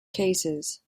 cases